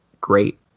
great